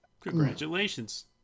Congratulations